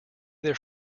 their